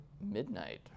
midnight